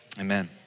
amen